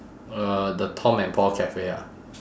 uh the tom and paul cafe ah